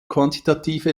quantitative